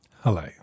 Hello